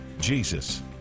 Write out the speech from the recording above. Jesus